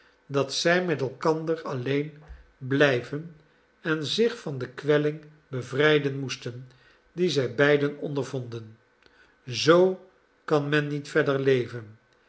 dat zij met elkander alleen blijven en zich van de kwelling bevrijden moesten die zij beiden ondervonden zoo kan men niet verder leven